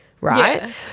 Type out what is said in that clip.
right